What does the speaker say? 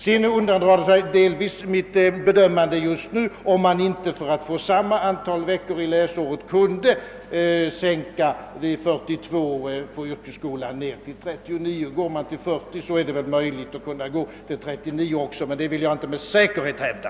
Det undandrar sig delvis mitt bedömande just nu, om man inte för att få samma antal veckor i läsåret kunde minska de 42 på yrkesskolan till 39. Går man ned till 40, är det kanske möjligt att också gå till 39, men det vill jag inte med säkerhet hävda.